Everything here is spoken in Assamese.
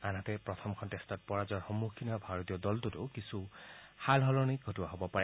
আনহাতে প্ৰথমখন টেষ্টত পৰাজয়ৰ সন্মুখীন হোৱা ভাৰতীয় দলতো কিছু সালসলনি ঘটোৱা হ'ব পাৰে